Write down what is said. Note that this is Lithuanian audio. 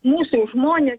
mūsų žmonės